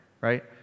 right